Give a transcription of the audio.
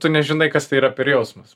tu nežinai kas tai yra per jausmas